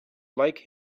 like